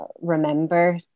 remember